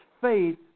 faith